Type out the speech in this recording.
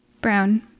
Brown